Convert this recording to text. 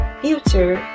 future